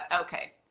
okay